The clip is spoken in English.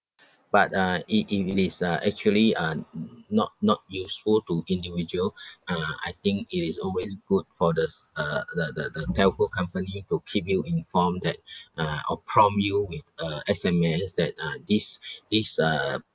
but uh if it is uh actually uh n~ not not useful to individual ah I think it is always good for the s~ uh the the the telco company to keep you informed that uh or prompt you with a S_M_S that uh this this uh